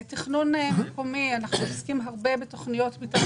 תכנון מקומי: אנחנו עוסקים הרבה בתוכניות מתאר